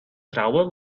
trouwen